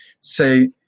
say